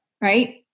Right